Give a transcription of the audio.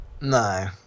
No